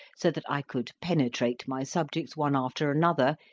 so that i could penetrate my subjects, one after another,